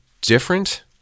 different